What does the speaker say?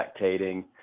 spectating